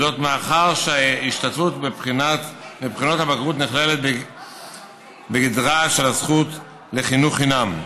מאחר שהשתתפות בבחינות הבגרות נכללת בגדרה של הזכות לחינוך חינם,